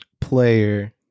player